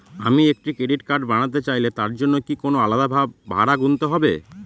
আমি একটি credit card বানাতে চাইলে তার জন্য কি কোনো আলাদা ভাড়া গুনতে হবে?